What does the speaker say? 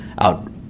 out